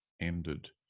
ended